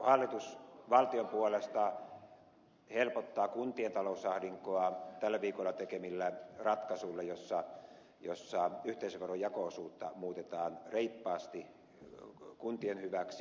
hallitus valtion puolesta helpottaa kuntien talousahdinkoa tällä viikolla tekemillään ratkaisuilla joissa yhteisöveron jako osuutta muutetaan reippaasti kuntien hyväksi